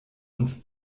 uns